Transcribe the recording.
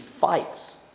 fights